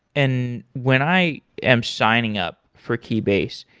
and when i am signing up for keybase,